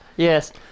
Yes